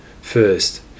First